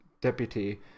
deputy